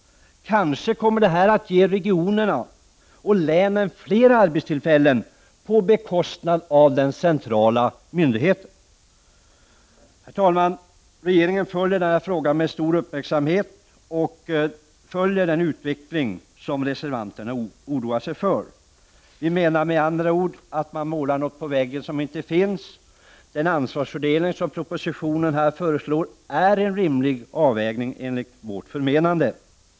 Detta kommer kanske att ge regionerna och länen flera arbetstillfällen på bekostnad av den centrala myndigheten. Herr talman! Regeringen följer med stor uppmärksamhet denna fråga och den utveckling som reservanterna oroar sig för. Reservanterna målar något på väggen som inte finns. Den ansvarsfördelning som föreslås i propositionen är en rimlig avvägning, enligt vårt förmenande.